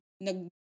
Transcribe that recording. nag